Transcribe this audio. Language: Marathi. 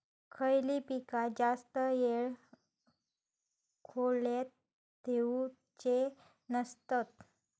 खयली पीका जास्त वेळ खोल्येत ठेवूचे नसतत?